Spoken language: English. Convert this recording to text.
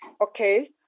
okay